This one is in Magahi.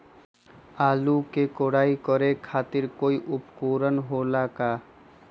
आलू के कोराई करे खातिर कोई उपकरण हो खेला का?